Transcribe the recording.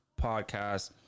Podcast